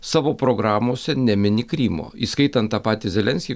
savo programose nemini krymo įskaitant tą patį zelenskį